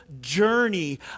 journey